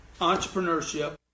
entrepreneurship